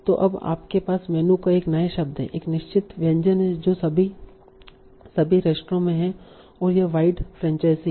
तो अब आपके पास मेनू का एक नया शब्द है एक निश्चित व्यंजन है जो सभी सभी रेस्तरां में है और यह वाइड फ्रेंचाइजी है